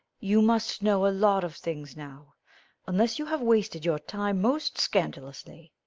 you must know a lot of things now unless you have wasted your time most scandalously.